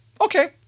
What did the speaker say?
okay